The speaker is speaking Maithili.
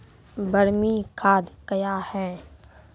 बरमी खाद कया हैं?